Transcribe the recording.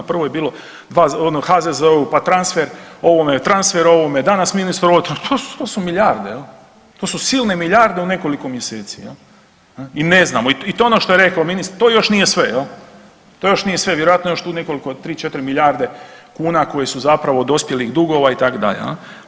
Prvo je bilo ono HZZO-u, pa transfer ovome, transfer ovome, danas ministru… [[Govornik se ne razumije]] , pa to su milijarde jel, to su silne milijarde u nekoliko mjeseci jel i ne znamo i to je ono što je rekao ministar, to još nije sve jel, to još nije sve, vjerojatno još tu nekoliko 3-4 milijarde kuna koje su zapravo dospjelih dugova itd. jel.